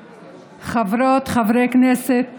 חברות, חברי כנסת